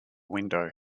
window